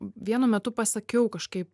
vienu metu pasakiau kažkaip